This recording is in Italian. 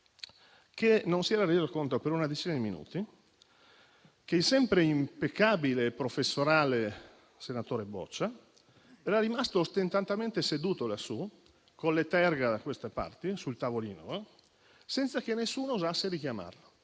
che non si era resa conto, per una decina di minuti, che il sempre impeccabile e professorale senatore Boccia era rimasto ostentatamente seduto lassù, con le terga da queste parti, sul tavolino, senza che nessuno osasse richiamarlo.